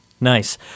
nice